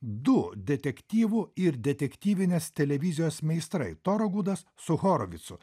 du detektyvų ir detektyvinės televizijos meistrai toro gudas su horowitzu